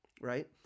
Right